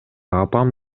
апам